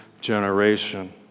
generation